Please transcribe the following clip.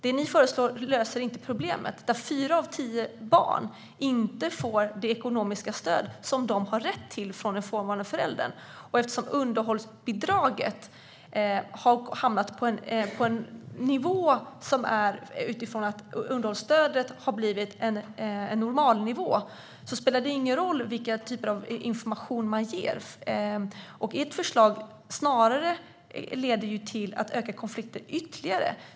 Det ni föreslår löser inte problemet med att fyra av tio barn inte får det ekonomiska stöd de har rätt till av den frånvarande föräldern. Eftersom underhållsstödet har blivit normalnivå och underhållsbidraget därför har hamnat på denna nivå spelar det ingen roll vilken information som ges. Ert förslag leder snarare till att öka konflikten ytterligare.